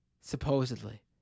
Supposedly